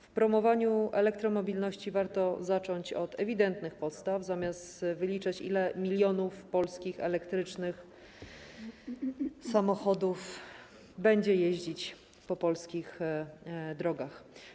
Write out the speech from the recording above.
W promowaniu elektromoblilności warto zacząć od ewidentnych podstaw, zamiast wyliczać, ile milionów polskich elektrycznych samochodów będzie jeździć po polskich drogach.